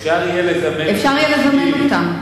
אפשר יהיה לזמן נציגים, אפשר יהיה לזמן אותם.